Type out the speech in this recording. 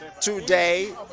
today